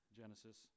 Genesis